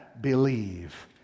believe